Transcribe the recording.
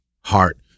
heart